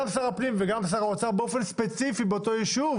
שר הפנים וגם שר האוצר באופן ספציפי יאשרו לו את זה לאותו יישוב,